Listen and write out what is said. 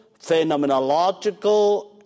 phenomenological